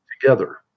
together